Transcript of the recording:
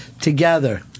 together